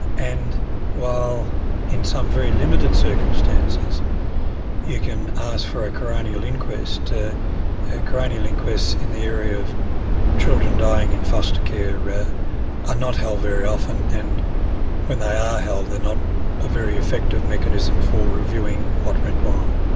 and while in some very limited circumstances you can ask for a coronial inquest, coronial ah coronial inquests in the area of children dying in foster care are not held very often and when they are held, they're not a very effective mechanism for reviewing what went wrong.